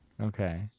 Okay